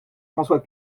françois